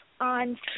on